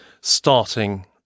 starting